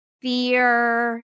fear